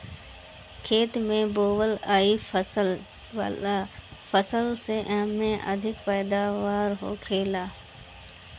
खेत में बोअल आए वाला फसल से एमे अधिक पैदावार होखेला